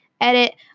edit